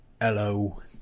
Hello